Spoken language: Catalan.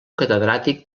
catedràtic